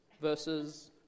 versus